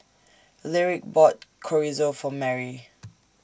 Lyric bought Chorizo For Mary